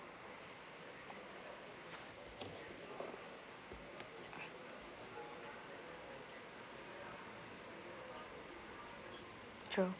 true